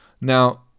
Now